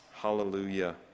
Hallelujah